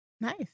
Nice